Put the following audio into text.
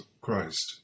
Christ